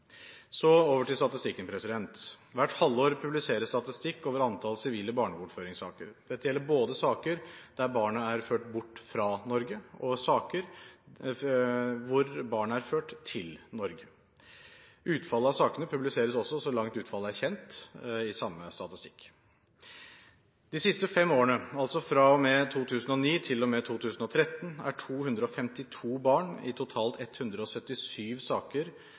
Over til statistikken: Hvert halvår publiseres statistikk over sivile barnebortføringssaker. Dette gjelder både saker der barnet er ført bort fra Norge og saker der barnet er ført til Norge. Utfallet av sakene publiseres også, så langt utfallet er kjent, i samme statistikk. De siste fem årene, fra og med 2009 til og med 2013, er 252 barn i totalt 177 saker